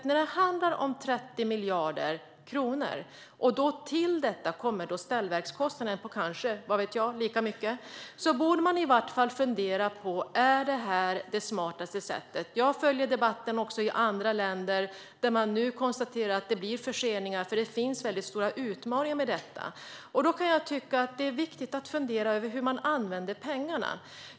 När det handlar om 30 miljarder kronor, plus ställverkskostnader på kanske lika mycket, tycker jag att man borde fundera på om det här är det smartaste sättet. Jag följer debatten också i andra länder, där det nu konstateras att det blivit förseningar eftersom det finns väldigt stora utmaningar med detta. Jag kan tycka att det är viktigt att fundera över hur man använder pengarna.